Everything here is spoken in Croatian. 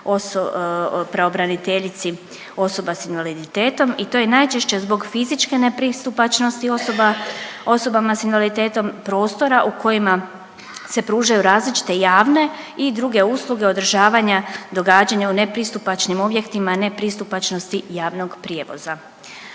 pravobraniteljici osoba s invaliditetom i to je najčešće zbog fizičke nepristupačnosti osoba, osobama s invaliditetom, prostora u kojima se pružaju različite javne i druge usluge održavanja događanja u nepristupačnim objektima, nepristupačnosti javnog prijevoza.